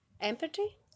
Empathy